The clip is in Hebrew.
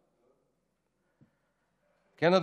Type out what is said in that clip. כן,